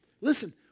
Listen